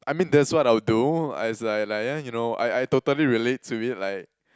I mean that's what I would do I it's like like yeah you know I I totally relate to it like